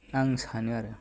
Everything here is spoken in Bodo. आं सानो आरो